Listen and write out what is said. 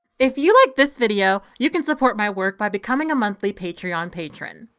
if you liked this video, you can support my work by becoming a monthly patreon patron.